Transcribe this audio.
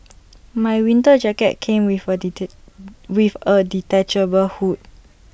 my winter jacket came with A detect with A detachable hood